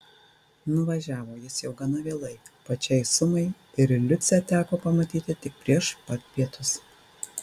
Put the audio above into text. nuvažiavo jis jau gana vėlai pačiai sumai ir liucę teko pamatyti tik prieš pat pietus